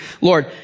Lord